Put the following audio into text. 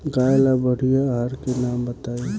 गाय ला बढ़िया आहार के नाम बताई?